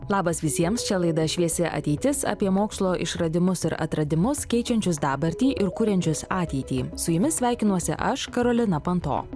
labas visiems čia laida šviesi ateitis apie mokslo išradimus ir atradimus keičiančius dabartį ir kuriančius ateitį su jumis sveikinuosi aš karolina panto